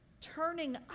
turning